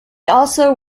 also